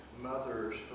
mothers